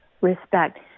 respect